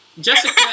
Jessica